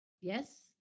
Yes